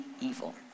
evil